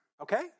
okay